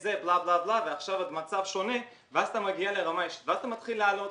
זה בלה בלה בלה ועכשיו המצב שונה אז אתה מתחיל להעלות.